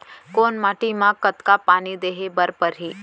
कोन माटी म कतका पानी देहे बर परहि?